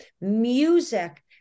music